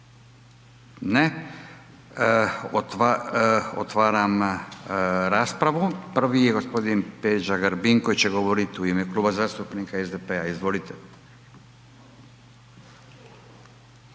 Ne. Otvaram raspravu. Prvi je gospodin Peđa Grbin koji će govoriti u ime Kluba zastupnika SDP-a. Izvolite.